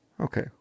Okay